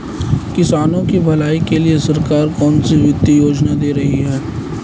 किसानों की भलाई के लिए सरकार कौनसी वित्तीय योजना दे रही है?